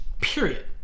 period